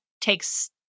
takes